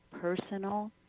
personal